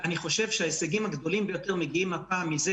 אני חושב שההישגים הגדולים ביותר מגיעים הפעם מזה